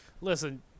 listen